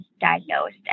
diagnosed